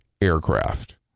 aircraft